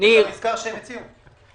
המזכר שהם הציעו.